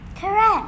Correct